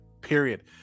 period